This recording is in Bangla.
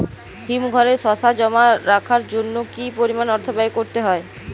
হিমঘরে শসা জমা রাখার জন্য কি পরিমাণ অর্থ ব্যয় করতে হয়?